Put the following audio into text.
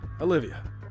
Olivia